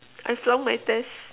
I flunked my test